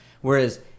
Whereas